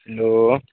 hello